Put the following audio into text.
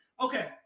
Okay